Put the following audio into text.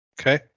Okay